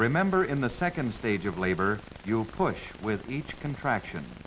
remember in the second stage of labor you'll push with each contraction